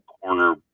corner